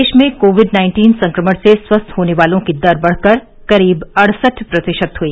देश में COVID nineteen संक्रमण से स्वस्थ होने वालों की दर बढ़कर करीब अड़सठ प्रतिशत हुई